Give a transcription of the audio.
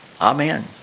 amen